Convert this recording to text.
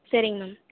சரிங்க மேம்